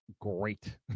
great